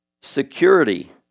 Security